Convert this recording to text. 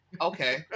Okay